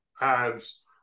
ads